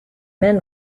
men